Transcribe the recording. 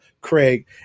Craig